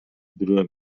бирөө